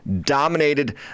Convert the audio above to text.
dominated